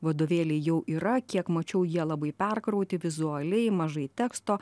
vadovėliai jau yra kiek mačiau jie labai perkrauti vizualiai mažai teksto